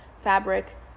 fabric